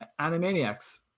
Animaniacs